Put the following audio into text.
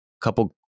couple